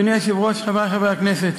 אדוני היושב-ראש, חברי חברי הכנסת,